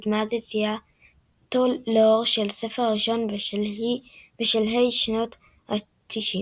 מאז יציאתו לאור של הספר הראשון בשלהי שנות ה-90.